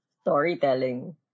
storytelling